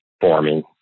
forming